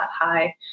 high